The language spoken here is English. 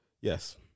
Yes